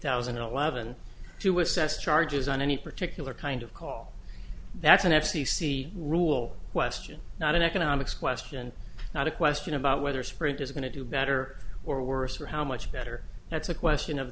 thousand and eleven to assess charges on any particular kind of call that's an f c c rule question not an economics question not a question about whether sprint is going to do better or worse or how much better that's a question of